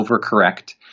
overcorrect